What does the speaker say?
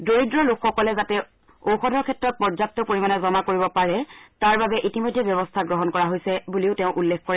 দৰিদ্ৰ লোৱাসকলে যাতে ঔষধৰ ক্ষেত্ৰত পৰ্যাপ্ত পৰিমাণে জমা কৰিব পাৰে তাৰ বাবে ইতিমধ্যে ব্যৱস্থা গ্ৰহণ কৰা হৈছে বুলিও তেওঁ উল্লেখ কৰে